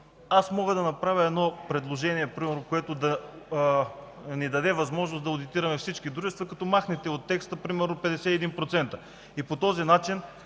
Мога да направя предложение, което да ни даде възможност да одитираме всички дружества, като махнем от текста примерно „51